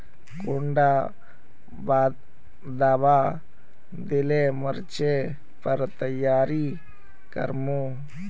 कुंडा दाबा दिले मोर्चे पर तैयारी कर मो?